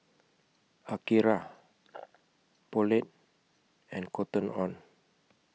Akira Poulet and Cotton on